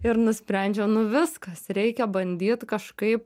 ir nusprendžiau nu viskas kas reikia bandyt kažkaip